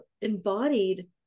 embodied